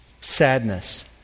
sadness